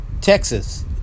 Texas